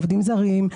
עובדים זרים,